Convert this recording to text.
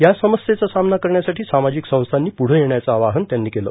या समस्येचा सामना करण्यासाठी सामाजिक संस्वांनी पुढ येण्याचं आवाहन त्यांनी केलं